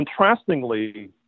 Contrastingly